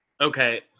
Okay